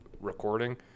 recording